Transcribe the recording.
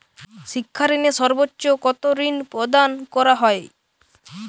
শিক্ষা ঋণে সর্বোচ্চ কতো ঋণ প্রদান করা হয়?